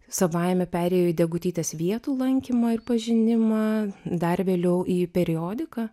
savaime perėjo į degutytės vietų lankymą ir pažinimą dar vėliau į periodiką